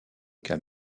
cas